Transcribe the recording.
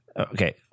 Okay